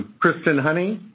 kristen honey?